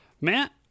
Matt